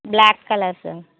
black colour sir